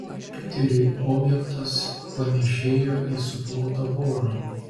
piteriui objektas panėšėjo į suplotą vorą